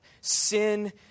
Sin